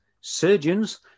surgeons